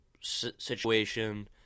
situation